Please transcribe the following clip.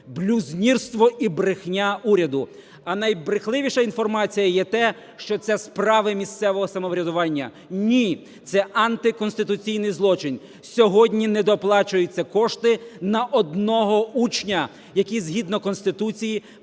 Блюзнірство і брехня уряду. А найбрехливіша інформація є те, що це справи місцевого самоврядування. Ні, це антиконституційний злочин. Сьогодні недоплачуються кошти на одного учня, який згідно Конституції повинні